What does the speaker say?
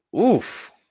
Oof